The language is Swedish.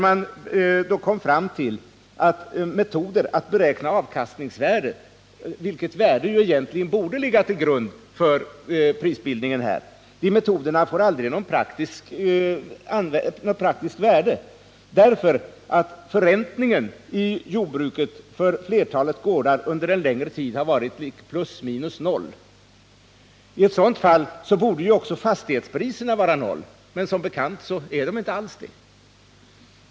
Man kom då fram till att metoder att beräkna avkastningsvärdet — det är det värdet som borde ligga till grund för prisbildningen — aldrig får något praktiskt värde, därför att förräntningen för flertalet gårdar i jordbruket under en längre tid har varit plus minus noll. I så fall borde också fastighetspriserna vara noll, men som bekant är de inte alls det.